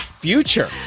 Future